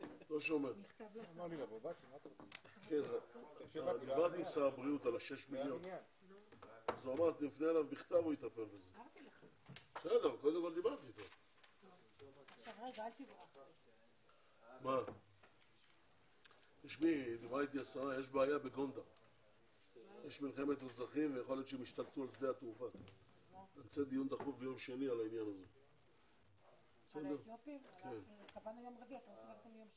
10:43.